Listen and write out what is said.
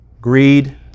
greed